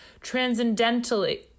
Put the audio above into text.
transcendently